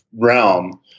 realm